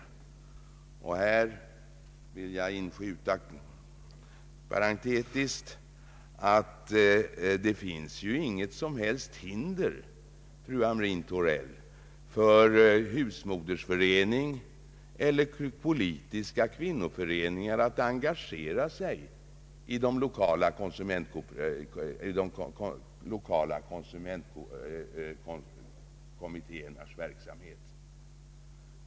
Här vill jag parentetiskt inskjuta, fru Hamrin-Thorell, att det inte finns några som helst hinder för husmodersföreningar = eller = politiska kvinnoföreningar att engagera sig i de lokala konsumentkommittéernas verksamhet.